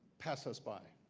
passed us by.